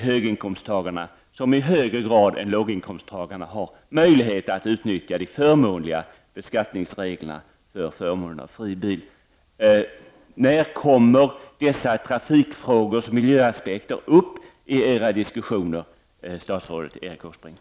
Höginkomsttagarna har i högre grad än låginkomsttagarna möjlighet att utnyttja de förmånliga beskattningsreglerna för förmånen av fri bil. När kommer dessa trafikfrågors miljöaspekter upp i era diskussioner, statsrådet Erik Åsbrink?